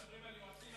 אתם מדברים על יועצים?